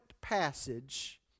passage